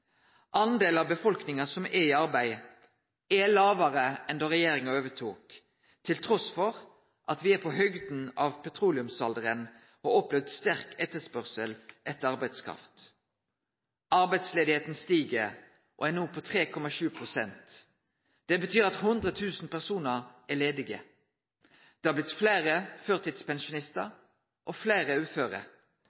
av befolkninga som er i arbeid, er lågare enn då regjeringa overtok, trass i at me har nådd høgdepunktet i petroleumsalderen og har opplevd sterk etterspørsel etter arbeidskraft. Arbeidsløysa stig og er no på 3,7 pst. Det betyr at 100 000 personar er ledige. Det har blitt fleire førtidspensjonistar